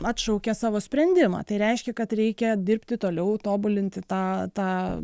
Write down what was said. atšaukia savo sprendimą tai reiškia kad reikia dirbti toliau tobulinti tą tą